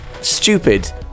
stupid